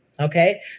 Okay